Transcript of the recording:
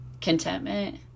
contentment